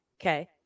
Okay